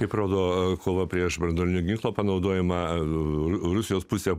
kaip rodo kova prieš branduolinio ginklo panaudojimą rusijos pusė